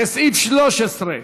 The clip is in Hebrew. לסעיף 13,